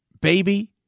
baby